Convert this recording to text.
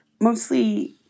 mostly